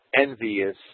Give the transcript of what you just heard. envious